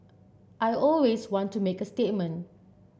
I always want to make a statement